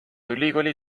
ülikooli